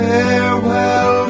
Farewell